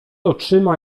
oczyma